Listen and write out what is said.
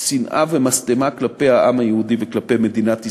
שנאה ומשטמה כלפי העם היהודי וכלפי מדינת ישראל.